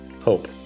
hope